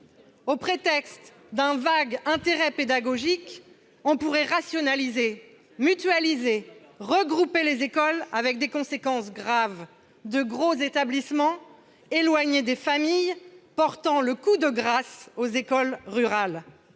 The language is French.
au prétexte d'un vague intérêt pédagogique, on pourrait rationaliser, mutualiser, regrouper les écoles avec des conséquences graves : de gros établissements éloignés des familles portant le coup de grâce aux écoles rurales.